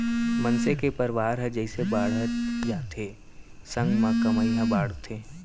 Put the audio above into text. मनसे के परवार ह जइसे बाड़हत जाथे संग म कमई ह बाड़थे